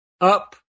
up